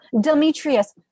Demetrius